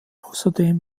außerdem